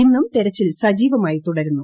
ഇന്നും തെരച്ചിൽ സജീവമായി തുടരുന്നു